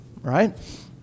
right